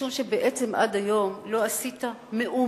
משום שבעצם עד היום לא עשית מאומה,